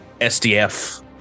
SDF